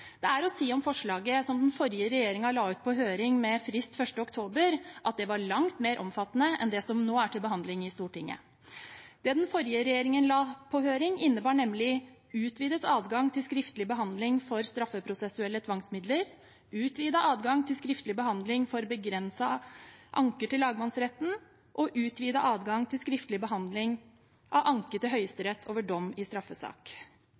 Det er å si om forslaget som den forrige regjeringen la ut på høring, med frist 1. oktober, at det var langt mer omfattende enn det som nå er til behandling i Stortinget. Det den forrige regjeringen la ut på høring, innebar nemlig utvidet adgang til skriftlig behandling for straffeprosessuelle tvangsmidler, utvidet adgang til skriftlig behandling for begrenset anke til lagmannsretten og utvidet adgang til skriftlig behandling av anke til Høyesterett over dom i straffesak.